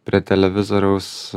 prie televizoriaus